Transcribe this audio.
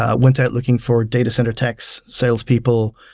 ah went out looking for data center techs, salespeople,